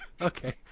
Okay